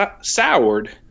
soured